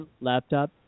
laptop